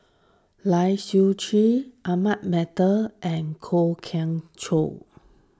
Lai Siu Chiu Ahmad Mattar and Kwok Kian Chow